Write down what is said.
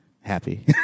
happy